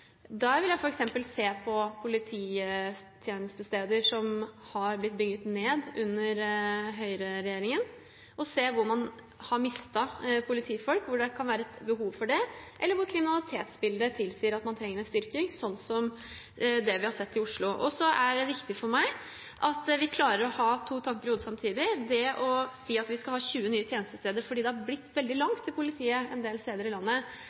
vil jeg f.eks. se på polititjenestesteder som har blitt bygd ned under høyreregjeringen, og se på hvor man har mistet politifolk, og hvor det kan være behov for det, eller hvor kriminalitetsbildet tilsier at man trenger en styrking, slik som vi har sett i Oslo. Så er det viktig for meg at vi klarer å ha to tanker i hodet samtidig. Å si at vi skal ha 20 nye tjenestesteder fordi det har blitt veldig langt til politiet en del steder i landet,